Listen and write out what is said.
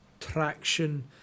traction